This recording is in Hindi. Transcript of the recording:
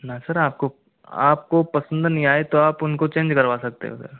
ना सर आप को आप को पसंद नहीं आए तो आप उन को चेंज करवा सकते हो सर